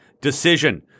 decision